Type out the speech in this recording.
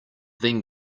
then